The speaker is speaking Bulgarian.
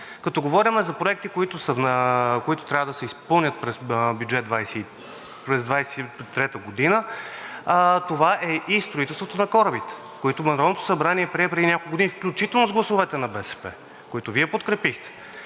Като говорим за проекти, които трябва да се изпълнят през 2023 г., това е и строителството на корабите, които Народното събрание прие преди няколко години, включително с гласовете на БСП, които Вие подкрепихте,